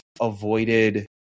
avoided